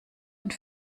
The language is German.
und